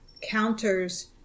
counters